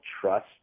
trust